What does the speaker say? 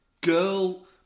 girl